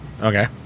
Okay